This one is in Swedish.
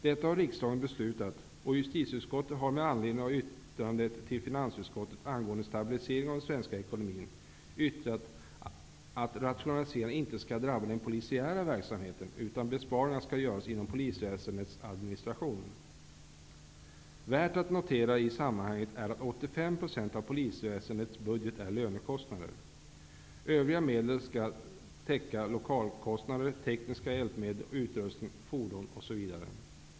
Detta har riksdagen beslutat, och justitieskottet har med anledning av yttrandet till finansutskottet angående stabiliseringen av den svenska ekonomin yttrat att rationaliseringarna inte skall drabba den polisiära verksamheten. Besparingarna bör göras inom polisväsendets administration. Det är i sammanhanget värt att notera att 85 % av polisväsendets budget utgörs av lönekostnader. Övriga medel skall täcka lokalkostnader och kostnader för tekniska hjälpmedel, utrustning, fordon osv.